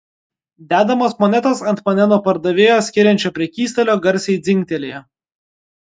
dedamos monetos ant mane nuo pardavėjo skiriančio prekystalio garsiai dzingtelėjo